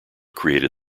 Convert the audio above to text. created